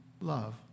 love